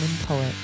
poet